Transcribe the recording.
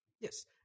yes